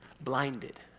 blinded